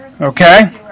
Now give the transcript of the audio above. Okay